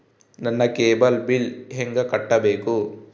ನನ್ನ cable bill ಹೆಂಗ ಕಟ್ಟಬೇಕು?